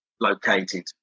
located